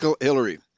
Hillary